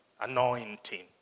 Anointing